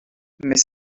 mais